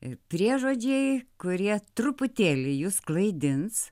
ir priežodžiai kurie truputėlį jus klaidins